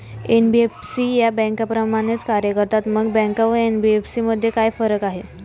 NBFC या बँकांप्रमाणेच कार्य करतात, मग बँका व एन.बी.एफ.सी मध्ये काय फरक आहे?